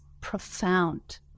profound